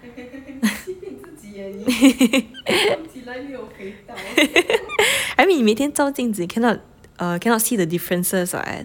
I mean 你每天照镜子 cannot err cannot see the differences [what]